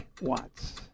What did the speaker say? Watts